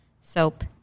soap